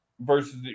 Versus